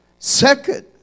Second